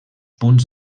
punts